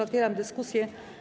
Otwieram dyskusję.